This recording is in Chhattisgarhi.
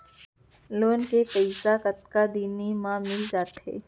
लोन के पइसा कतका दिन मा मिलिस जाथे?